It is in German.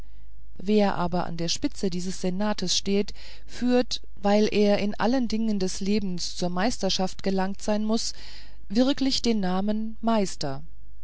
wer aber an der spitze dieses senats steht führt weil er in allen dingen des lebens zur meisterschaft gelangt sein muß wirklich den namen meister